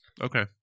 Okay